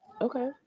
Okay